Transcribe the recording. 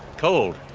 cold.